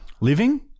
Living